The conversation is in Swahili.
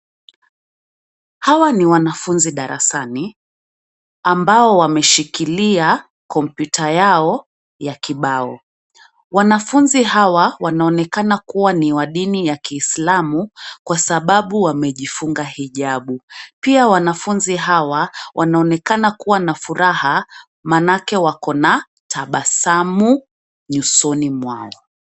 Hawa ni wanafunzi darasani, ambao wameshikilia kompyuta yao ya kibao. Wanafunzi hawa wanaonekana kuwa ni wa dini ya kiislamu kwa sababu wamejifunga hijabu. pia wanafunzi hawa wanaonekana kuwa na furaha maanake wako na tabasamu nyusoni mwao.